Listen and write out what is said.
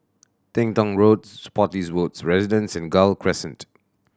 Teng Tong Road Spottiswoode Residences and Gul Crescent